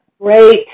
great